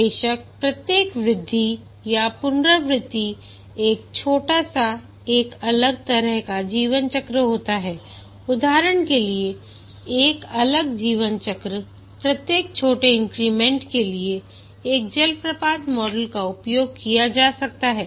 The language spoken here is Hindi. बेशक प्रत्येक वृद्धि या पुनरावृत्ति एक छोटा सा एक अलग तरह का जीवन चक्र होता है उदाहरण के लिए एक अलग जीवन चक्र प्रत्येक छोटे इन्क्रीमेंट के लिए एक जलप्रपात मॉडल का उपयोग किया जा सकता है